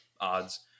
odds